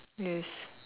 yes